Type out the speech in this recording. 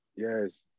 Yes